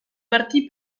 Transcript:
partì